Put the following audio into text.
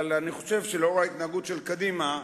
אבל לנוכח ההתנהגות של קדימה,